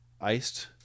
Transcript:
iced